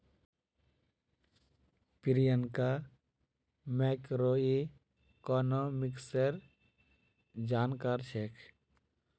प्रियंका मैक्रोइकॉनॉमिक्सेर जानकार छेक्